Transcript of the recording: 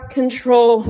control